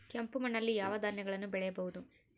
ಕೆಂಪು ಮಣ್ಣಲ್ಲಿ ಯಾವ ಧಾನ್ಯಗಳನ್ನು ಬೆಳೆಯಬಹುದು?